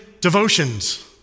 devotions